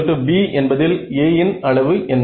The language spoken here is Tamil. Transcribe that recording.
Axb என்பதில் A வின் அளவு என்ன